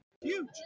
Huge